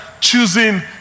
choosing